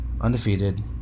undefeated